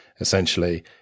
essentially